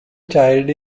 child